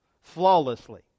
flawlessly